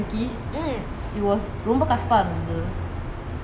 like when I drank it it was ரொம்ப கசப்பை இருந்துது:romba kasapa irunthuthu